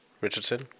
Richardson